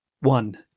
one